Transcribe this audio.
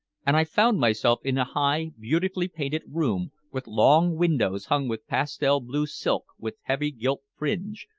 and i found myself in a high, beautifully-painted room, with long windows hung with pastel-blue silk with heavy gilt fringe,